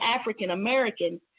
African-American